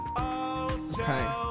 Okay